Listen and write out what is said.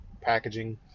packaging